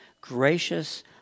gracious